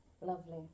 Lovely